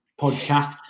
podcast